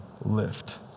lift